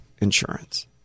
insurance